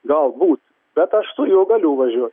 galbūt bet aš su juo galiu važiuot